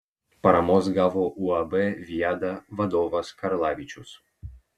paramos gavo uab viada vadovas karlavičius